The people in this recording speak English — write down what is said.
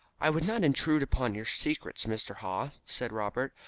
i would not intrude upon your secrets, mr. haw, said robert,